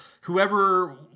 Whoever